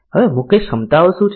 હવે મુખ્ય ક્ષમતાઓ શું છે